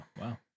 Wow